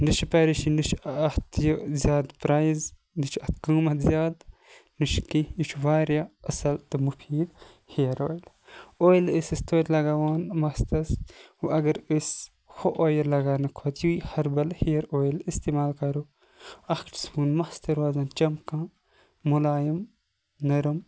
نہَ چھِ پَریشٲنی نہَ چھُ اتھ یہِ زیادٕ پرَیِز نہَ چھُ اَتھ قیمَت زیادٕ نہَ چھُ کینٛہہ یہِ چھُ واریاہ اَصل تہٕ مُفید ہیَر اۄیل اۄیل ٲسۍ أسۍ توتہِ لَگاوان مَستَس وَ اَگَر أسۍ ہہُ اۄیل لَگانہٕ کھۄتہٕ یہِ ہیٚربَل ہیَر اۄیل اِستعمال کَرَو اکھ چھُ سون مَس تہِ روزان چَمکان مُلایم نَرم